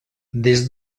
des